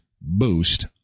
boost